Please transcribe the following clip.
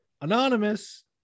Anonymous